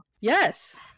Yes